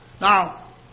Now